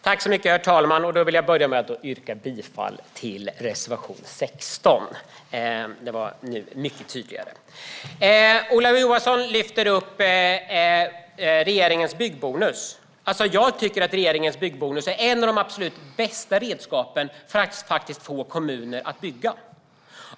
Herr talman! Jag vill börja med att yrka bifall till reservation 16. Ola Johansson lyfter upp regeringens byggbonus. Jag tycker att det är ett av de absolut bästa redskapen för att få kommuner att bygga.